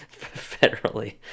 Federally